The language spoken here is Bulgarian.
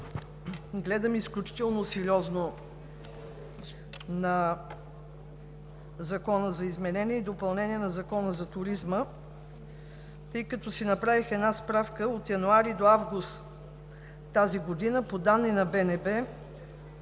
Гледам изключително сериозно на Закона за изменение и допълнение на Закона за туризма, тъй като си направих една справка. От януари до август тази година по данни на БНБ